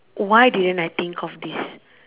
why didn't I think of this